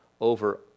over